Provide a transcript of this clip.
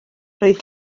roedd